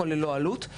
הכל ללא עלות,